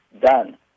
done